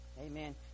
Amen